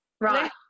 right